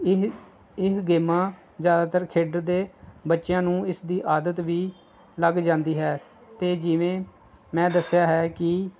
ਇਹ ਇਹ ਗੇਮਾਂ ਜ਼ਿਆਦਾਤਰ ਖੇਡਦੇ ਬੱਚਿਆਂ ਨੂੰ ਇਸ ਦੀ ਆਦਤ ਵੀ ਲੱਗ ਜਾਂਦੀ ਹੈ ਅਤੇ ਜਿਵੇਂ ਮੈਂ ਦੱਸਿਆ ਹੈ ਕਿ